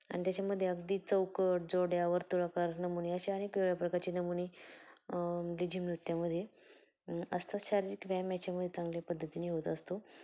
आणि त्याच्यामध्ये अगदी चौकट जोड्या वर्तुळाकर नमुने अशा अनेक वेगळ्या प्रकारचे नमुने लेझीम नृत्यामध्ये असतात शारीरिक व्यायाम याच्यामध्ये चांगल्या पद्धतीने होत असतो